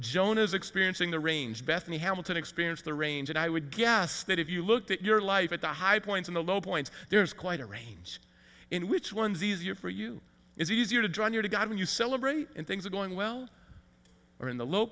jonah is experiencing the range bethany hamilton experience the range and i would guess that if you looked at your life at the high points in the low points there's quite a range in which one's easier for you is easier to draw near to god when you celebrate and things are going well or in the low